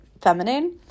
feminine